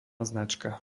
značka